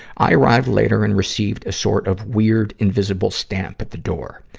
i arrive later and receive a sort of weird, invisible stamp at the door.